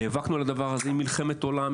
נאבקנו על הדבר הזה על מלחמת עולם,